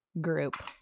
group